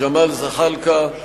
ג'מאל זחאלקה,